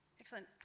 Excellent